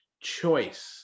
choice